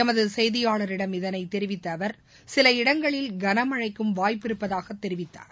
எமது செய்தியாளரிடம் இதை தெரிவித்த அவர் சில இடங்களில் கனமழைக்கும் வாய்ப்பு இருப்பதாக தெரிவித்தார்